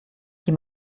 die